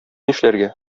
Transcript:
нишләргә